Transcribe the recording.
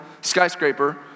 skyscraper